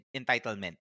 entitlement